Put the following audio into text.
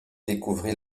découvrit